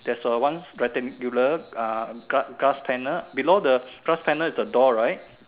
there's a one rectangular uh glass glass panel below the glass panel is the door right